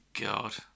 God